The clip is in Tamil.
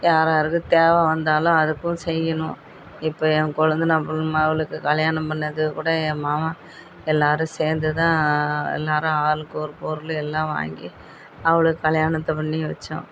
யாராருக்கு தேவை வந்தாலும் அதுக்கும் செய்யணும் இப்போ என் கொழுந்தனா பொண்ணு மகளுக்கு கல்யாணம் பண்ணிணது கூட என் மகன் எல்லாேரும் சேர்ந்துதான் எல்லாேரும் ஆளுக்கு ஒரு பொருள் எல்லாம் வாங்கி அவளுக்கு கல்யாணத்தை பண்ணி வைச்சோம்